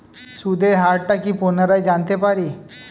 সুদের হার টা কি পুনরায় জানতে পারি?